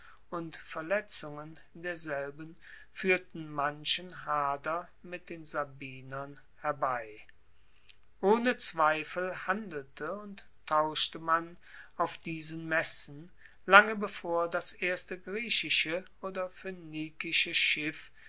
und verletzungen derselben fuehrten manchen hader mit den sabinern herbei ohne zweifel handelte und tauschte man auf diesen messen lange bevor das erste griechische oder phoenikische schiff